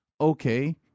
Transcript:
Okay